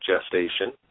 gestation